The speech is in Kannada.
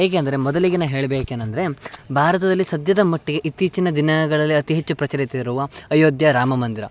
ಹೇಗೆ ಅಂದರೆ ಮೊದಲಿಗೆ ಹೇಳಬೇಕೇನಂದ್ರೆ ಭಾರತದಲ್ಲಿ ಸದ್ಯದ ಮಟ್ಟಿಗೆ ಇತ್ತೀಚಿನ ದಿನಗಳಲ್ಲಿ ಅತಿ ಹೆಚ್ಚು ಪ್ರಚಲಿತ ಇರುವ ಅಯೋಧ್ಯೆ ರಾಮ ಮಂದಿರ